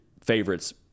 favorites